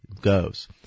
goes